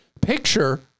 picture